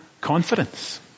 confidence